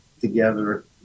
together